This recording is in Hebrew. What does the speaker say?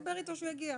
נדבר אתו כשהוא יגיע.